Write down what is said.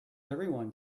everyone